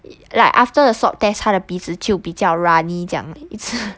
like after the swab test 她的鼻子就比较 runny 这样